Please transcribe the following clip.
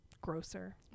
grosser